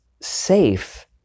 safe